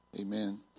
amen